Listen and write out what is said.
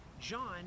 John